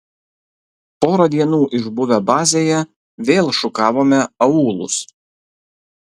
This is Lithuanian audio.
porą dienų išbuvę bazėje vėl šukavome aūlus